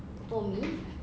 for me